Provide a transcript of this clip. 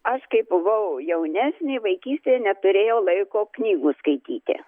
aš kai buvau jaunesnė vaikystėje neturėjau laiko knygų skaityti